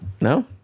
No